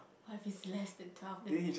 what if it's less than twelve then we